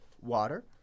water